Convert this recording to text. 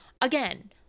Again